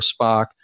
Spock